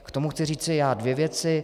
K tomu chci říci já dvě věci.